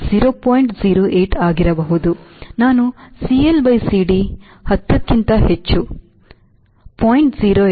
08 ಆಗಿರಬಹುದು ನಾನು CLCD ಮೂಲಕ 10 ಕ್ಕಿಂತ ಹೆಚ್ಚು 0